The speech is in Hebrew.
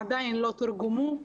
עדיין לא תורגמו.